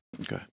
Okay